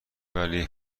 ولی